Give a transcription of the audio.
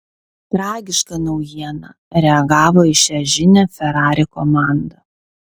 tragiška naujiena reagavo į šią žinią ferrari komanda